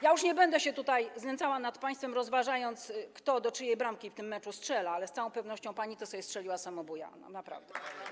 Już nie będę się tutaj znęcała nad państwem, rozważając, kto do czyjej bramki w tym meczu strzela, ale z całą pewnością pani sobie strzeliła samobója, naprawdę.